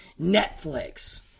Netflix